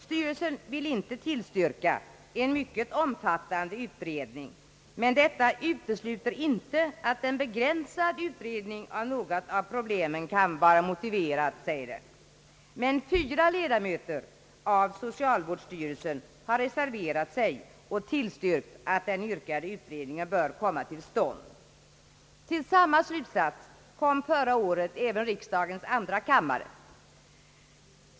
Styrelsen vill inte tillstyrka en mycket omfattande utredning, men detta utesluter inte att en begränsad utredning av något av problemen kan vara motiverad. Fyra ledamöter av socialvårdsstyrelsen har dock reserverat sig och tillstyrkt att den yrkade utredningen bör komma till stånd. Till samma slutsats kom förra året även riksdagens andra kammare.